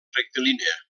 rectilínia